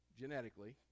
genetically